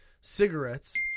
cigarettes